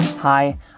Hi